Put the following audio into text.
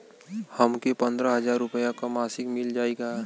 हमके पन्द्रह हजार रूपया क मासिक मिल जाई का?